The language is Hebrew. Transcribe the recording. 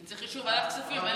כי צריך אישור של ועדת כספים.